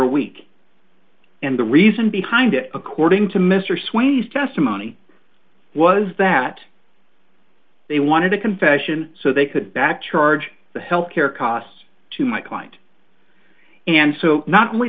a week and the reason behind it according to mr swayze testimony was that they wanted a confession so they could back charge the health care costs to my client and so not only